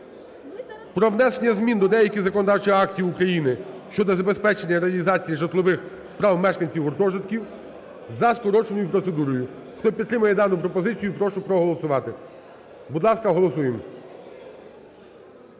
"Про внесення змін до деяких законодавчих актів України щодо забезпечення реалізації житлових прав мешканців гуртожитків" за скороченою процедурою. Хто підтримує дану пропозицію, прошу проголосувати. Будь ласка, голосуємо.